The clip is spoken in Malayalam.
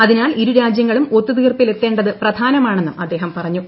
അത്വിന്റാൽ ഇരു രാജ്യങ്ങളും ഒത്തുതീർപ്പിൽ എത്തേണ്ടത് പ്രശ്രൂനമാണെന്നും അദ്ദേഹം പറഞ്ഞു